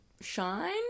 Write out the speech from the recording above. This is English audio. shine